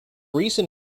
recent